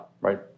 right